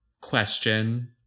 question